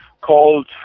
called